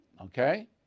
Okay